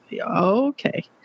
Okay